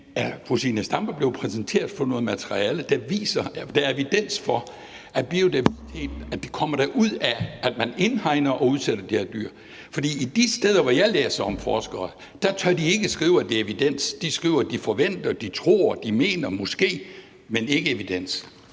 Er fru Zenia Stampe blevet præsenteret for noget materiale, der viser, at der er evidens for, at der kommer biodiversitet ud af, at man indhegner og udsætter de her dyr? For de steder, hvor jeg læser om det, tør forskere ikke skrive, at der er evidens, de skriver, at de forventer, at de tror, at de mener måske, men ikke, at der